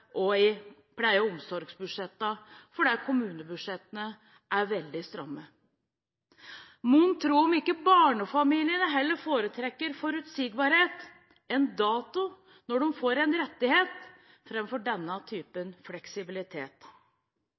og i pleie- og omsorgsbudsjettene fordi kommunebudsjettene er veldig stramme. Mon tro om ikke barnefamiliene heller foretrekker forutsigbarhet, en dato for når de får en rettighet, framfor denne typen fleksibilitet.